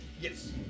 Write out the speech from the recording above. Yes